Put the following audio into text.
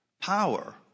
power